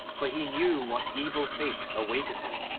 for he knew what evil fate awaited him.